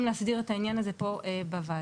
להסדיר את העניין הזה פה בוועדה.